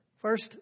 First